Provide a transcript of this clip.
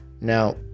Now